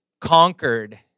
conquered